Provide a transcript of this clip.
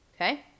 okay